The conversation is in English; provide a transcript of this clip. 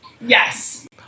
Yes